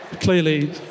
clearly